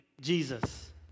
Jesus